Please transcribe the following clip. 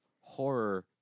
horror